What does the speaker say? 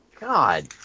God